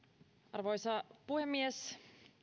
arvoisa puhemies